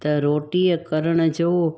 त रोटीअ करण जो